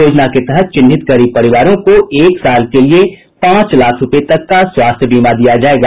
योजना के तहत चिन्हित गरीब परिवारों को एक साल के लिए पांच लाख रूपये तक का स्वास्थ्य बीमा दिया जायेगा